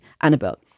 Annabelle